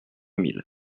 mille